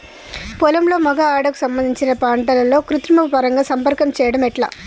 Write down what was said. పొలంలో మగ ఆడ కు సంబంధించిన పంటలలో కృత్రిమ పరంగా సంపర్కం చెయ్యడం ఎట్ల?